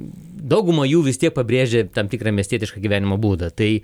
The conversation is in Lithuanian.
dauguma jų vis tiek pabrėžia tam tikrą miestietišką gyvenimo būdą tai